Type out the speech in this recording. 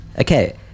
Okay